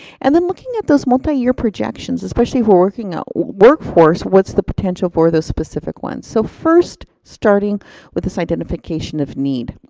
and then looking at those multiple year projections, especially if we're working out workforce, what's the potential for those specific ones? so first, starting with this identification of need.